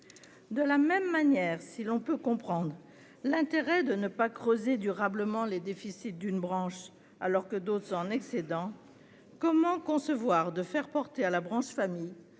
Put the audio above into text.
De la même manière, si l'on peut comprendre l'intérêt de ne pas creuser durablement les déficits d'une branche, alors que d'autres sont en excédent, comment concevoir de faire porter à la branche famille